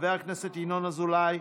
חבר הכנסת ינון אזולאי,